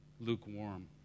lukewarm